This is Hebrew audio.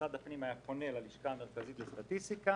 משרד הפנים היה פונה ללשכה המרכזית לסטטיסטיקה,